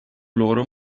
loro